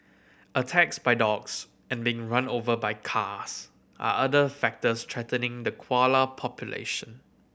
attacks by dogs and being run over by cars are other factors threatening the koala population